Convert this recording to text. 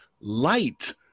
light